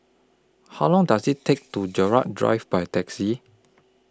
How Long Does IT Take to Gerald Drive By Taxi